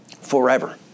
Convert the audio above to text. forever